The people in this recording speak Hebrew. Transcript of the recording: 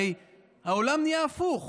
הרי העולם נהיה הפוך: